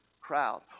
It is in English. crowd